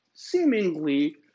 Seemingly